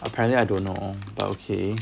apparently I don't know but okay